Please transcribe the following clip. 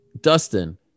Dustin